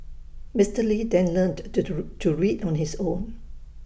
Mister lee then learnt to read on his own